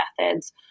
methods